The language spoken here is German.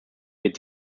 wird